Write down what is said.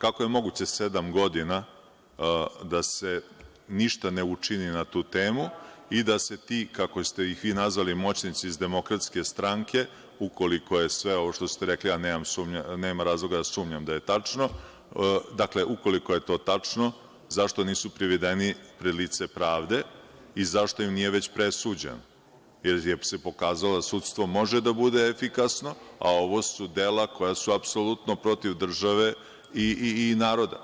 Kako je moguće da se sedam godina ništa ne učini na tu temu i da se ti, kako ste ih vi nazvali, moćnici iz DS, ukoliko je sve ovo što ste rekli, a ja nemam razloga da sumnjam da je tačno, dakle, ukoliko je to tačno, zašto nisu privedeni pred lice pravde i zašto im nije već presuđeno, jer se pokazalo da sudstvo može da bude efikasno, a ovo su dela koja su apsolutno protiv države i naroda